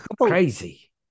crazy